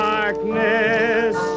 darkness